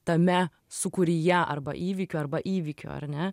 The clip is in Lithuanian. tame sūkuryje arba įvykių arba įvykių ar ne